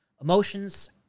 emotions